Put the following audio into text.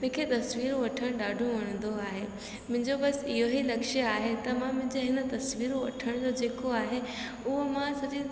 मूंखे तस्वीरूं वठणु ॾाढो वणंदो आहे मुंहिंजो बसि इहो ई लक्ष्य आहे त मां मुंहिंजे हिन तस्वीरूं वठण जो जेको आहे उहा मां सॼे